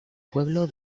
pueblo